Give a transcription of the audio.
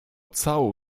całą